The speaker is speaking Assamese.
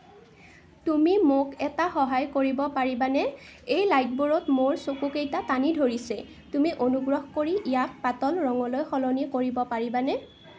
তুমি মোক এটা সহায় কৰিব পাৰিবানে এই লাইটবোৰত মোৰ চকুকেইটা টানি ধৰিছে তুমি অনুগ্ৰহ কৰি ইয়াক পাতল ৰঙলৈ সলনি কৰিব পাৰিবানে